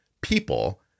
People